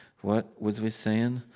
what was we saying?